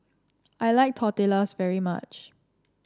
I like Tortillas very much